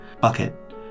bucket